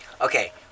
Okay